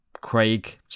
craig